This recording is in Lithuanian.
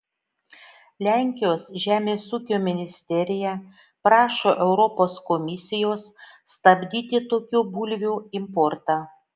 lenkijos žemės ūkio ministerija prašo europos komisijos stabdyti tokių bulvių importą